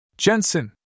Jensen